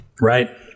Right